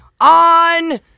On